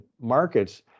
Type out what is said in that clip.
markets